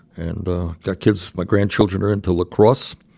and got kids my grandchildren are into lacrosse.